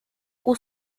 más